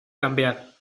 cambiar